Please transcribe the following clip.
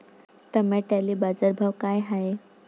टमाट्याले बाजारभाव काय हाय?